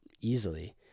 easily